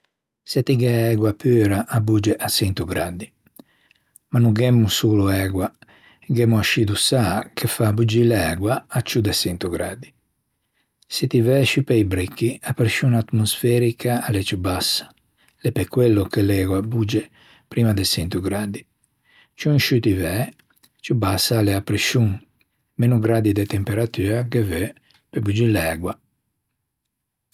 Se ti gh'æ ægua pura, a bogge a çento graddi ma no gh'emmo solo ægua, gh'emmo ascì do sâ ch'o fa boggî l'ægua a ciù de çento graddi. Se ti væ sciù pe-i bricchi, a prescion atmosferica a l'é ciù bassa. L'é pe quello che l'ægua a bogge primma de çento graddi. Ciù in sciù ti væ, ciù bassa a l'é a prescion, meno graddi de temperatua ghe veu be boggî l'ægua.